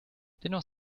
dennoch